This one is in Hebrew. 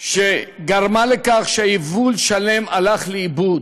וגרמה לכך שיבול שלם הלך לאיבוד.